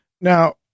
Now